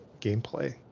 gameplay